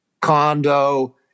condo